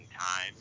time